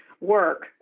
work